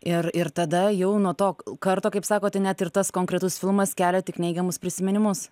ir ir tada jau nuo to karto kaip sakote net ir tas konkretus filmas kelia tik neigiamus prisiminimus